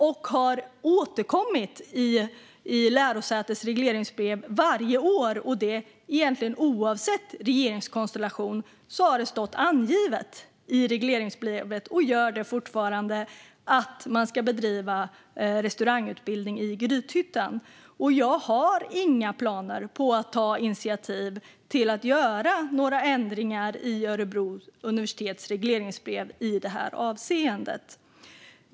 Det har återkommit i lärosätets regleringsbrev varje år - egentligen oavsett regeringskonstellation har det stått angivet i regleringsbrevet och gör det fortfarande - att man ska bedriva restaurangutbildning i Grythyttan. Jag har inga planer på att ta initiativ till att göra några ändringar i Örebro universitets regleringsbrev i detta avseende.